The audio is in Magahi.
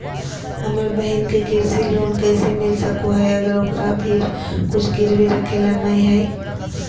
हमर बहिन के कृषि लोन कइसे मिल सको हइ, अगर ओकरा भीर कुछ गिरवी रखे ला नै हइ?